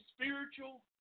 spiritual